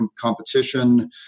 competition